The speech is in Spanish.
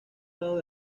lado